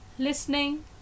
Listening